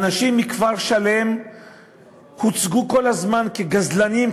אנשים מכפר-שלם הוצגו כל הזמן כגזלנים,